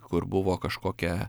kur buvo kažkokia